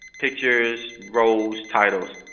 pictures, roles, titles,